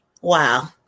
Wow